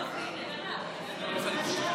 ההצעה להעביר את הצעת חוק שימוש בזרע של נפטר לשם